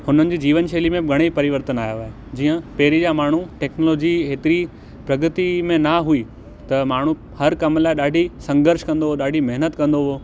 हुननि जी जीवन शैली में घणेई परिवर्तन आयो आहे जीअं पहिरीं जा माण्हू टेक्नोलॉजी हेतिरी प्रगति में न हुई त माण्हू हर कमु लाइ ॾाढी संघर्ष कंदो हुओ ॾाढी महिनत कंदो हुओ